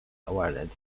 awarded